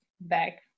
back